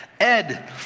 Ed